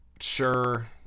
sure